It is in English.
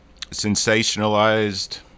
sensationalized